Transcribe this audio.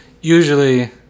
Usually